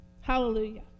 Hallelujah